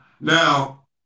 Now